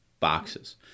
boxes